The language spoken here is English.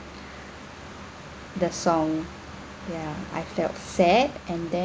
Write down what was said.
the song ya I felt sad and then